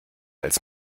als